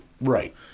Right